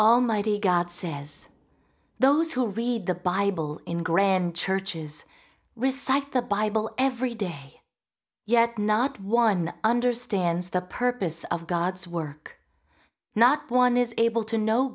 all mighty god says those who read the bible in grand churches recycler bible every day yet not one understands the purpose of god's work not one is able to know